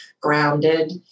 grounded